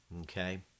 Okay